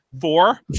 Four